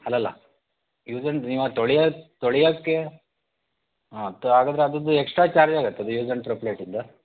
ಅಲ್ಲಲ್ಲ ಆ್ಯಂಡ್ ನೀವು ಆ ತೊಳ್ಯೋ ತೊಳ್ಯೋಕ್ಕೆ ಹಾಂ ಹಾಗಾದ್ರೆ ಅದರ್ದು ಎಕ್ಸ್ಟ್ರಾ ಚಾರ್ಜಾಗತ್ತದು ಆ್ಯಂಡ್ ತ್ರೋ ಪ್ಲೇಟಿನದು